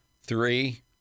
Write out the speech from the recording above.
Three